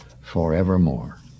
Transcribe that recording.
forevermore